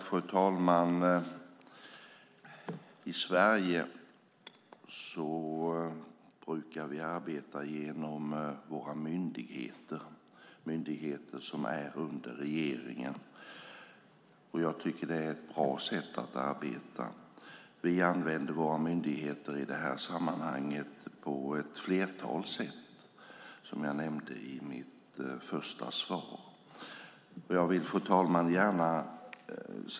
Fru talman! I Sverige brukar vi arbeta genom våra myndigheter, myndigheter som lyder under regeringen. Jag tycker att det är ett bra sätt att arbeta. Vi använder våra myndigheter i det här sammanhanget på ett flertal sätt, som jag nämnde i mitt interpellationssvar. Fru talman!